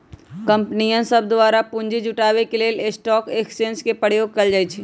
कंपनीय सभके द्वारा पूंजी जुटाबे के लेल स्टॉक एक्सचेंज के प्रयोग कएल जाइ छइ